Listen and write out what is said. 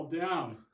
down